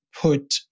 put